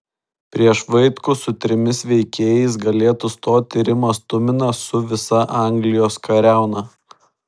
prieš vaitkų su trimis veikėjais galėtų stoti rimas tuminas su visa anglijos kariauna